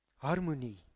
Harmony